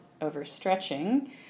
overstretching